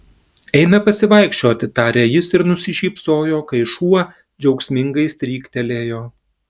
eime pasivaikščioti tarė jis ir nusišypsojo kai šuo džiaugsmingai stryktelėjo